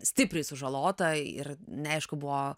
stipriai sužalota ir neaišku buvo